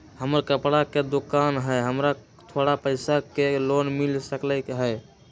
हमर कपड़ा के दुकान है हमरा थोड़ा पैसा के लोन मिल सकलई ह?